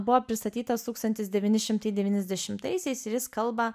buvo pristatytas tūkstantis devyni šimtai devyniasdešimtaisiais ir jis kalba